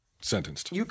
sentenced